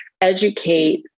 educate